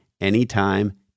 anytime